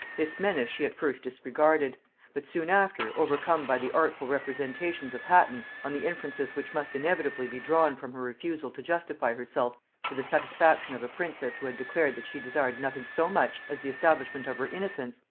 this menace she at first disregarded but soon after, overcome by the artful representations of hatton on the inferences which must inevitably be drawn from her refusal to justify herself for the satisfaction of a princess who had declared that she desired nothing so much as the establishment of her innocence,